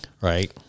right